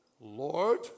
Lord